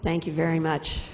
thank you very much